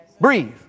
Breathe